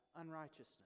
unrighteousness